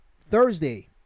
Thursday